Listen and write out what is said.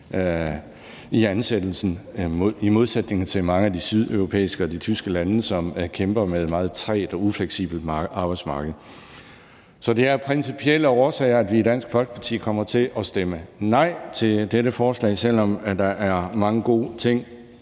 i ansættelsen i modsætning til mange af de sydeuropæiske og de tysktalende lande, som kæmper med et meget trægt og ufleksibelt arbejdsmarked. Så det er af principielle årsager, at vi i Dansk Folkeparti kommer til at stemme nej til dette forslag, selv om der er mange gode ting